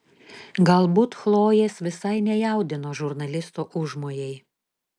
galbūt chlojės visai nejaudino žurnalisto užmojai